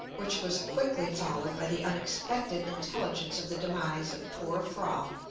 which was quickly followed by the unexpected intelligence of the demise of poor froll.